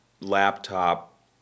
laptop